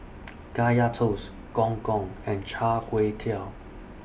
Kaya Toast Gong Gong and Char Kway Teow